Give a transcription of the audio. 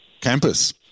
campus